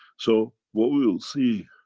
so, what we will see,